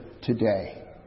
today